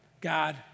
God